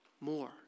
more